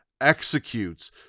executes